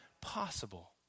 possible